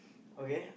okay